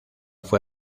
fue